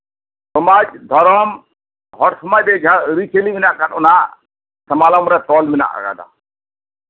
ᱥᱚᱢᱟᱡᱽ ᱫᱷᱚᱨᱚᱢ ᱦᱚᱲ ᱥᱚᱢᱟᱡ ᱨᱮ ᱡᱟᱦᱟᱸ ᱟᱹᱨᱤᱪᱟᱞᱤ ᱢᱮᱱᱟᱜ ᱟᱠᱟᱫ ᱚᱱᱟ ᱥᱟᱢᱟᱱᱚᱢ ᱨᱮ ᱛᱚᱞ ᱢᱮᱱᱟᱜ ᱟᱠᱟᱫᱟ